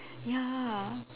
ya